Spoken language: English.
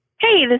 Hey